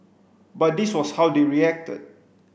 but this was how they reacted